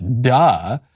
Duh